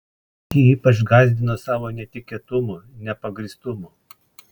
ji ypač gąsdino savo netikėtumu nepagrįstumu